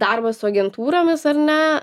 darbas su agentūromis ar ne